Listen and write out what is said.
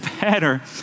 better